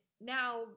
now